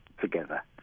together